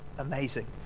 amazing